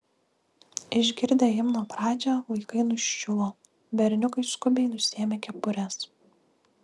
išgirdę himno pradžią vaikai nuščiuvo berniukai skubiai nusiėmė kepures